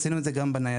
עשינו את זה גם בניידות.